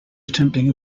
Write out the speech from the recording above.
attempting